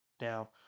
Now